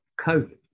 covid